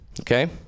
okay